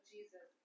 Jesus